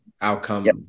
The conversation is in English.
outcome